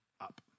up